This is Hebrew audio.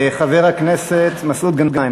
חבר הכנסת מסעוד גנאים,